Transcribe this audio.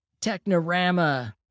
Technorama